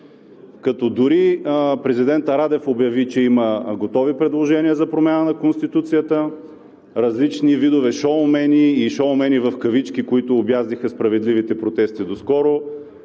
като дори президентът Радев обяви, че има готови предложения за промяна на Конституцията, различни видове шоумени и шоумени в кавички, които обяздиха справедливите протести доскоро,